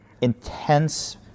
intense